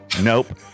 Nope